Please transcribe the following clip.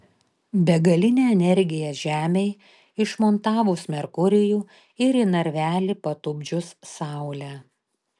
begalinė energija žemei išmontavus merkurijų ir į narvelį patupdžius saulę